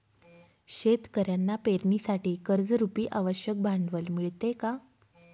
शेतकऱ्यांना पेरणीसाठी कर्जरुपी आवश्यक भांडवल मिळते का?